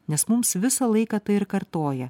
nes mums visą laiką tai ir kartoja